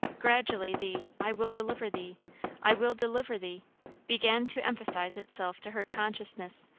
gradually the i will deliver thee i will deliver thee began to emphasize itself to her consciousness,